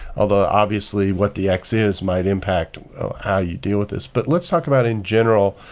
although, obviously, what the x is might impact how you deal with this. but let's talk about in general,